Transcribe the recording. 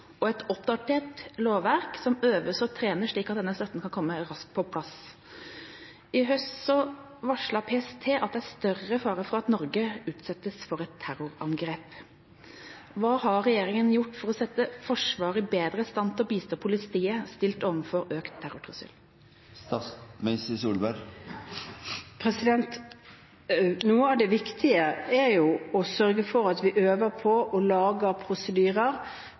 og trener – og et oppdatert lovverk – slik at denne støtten kan komme raskt på plass. I høst varslet PST at det er større fare for at Norge utsettes for et terrorangrep. Hva har regjeringa gjort for å sette Forsvaret bedre i stand til å bistå politiet stilt overfor en økt terrortrussel? Det viktige er å sørge for at vi øver på og lager prosedyrer